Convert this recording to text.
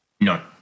No